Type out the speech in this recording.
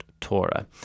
Torah